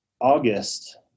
August